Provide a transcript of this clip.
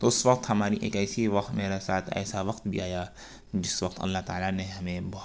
تو اس وقت ہماری ایک ایسی وقت میرا ساتھ ایسا وقت بھی آیا جس وقت اللہ تعالیٰ نے ہمیں بہہ